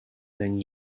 then